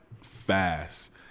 fast